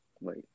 Wait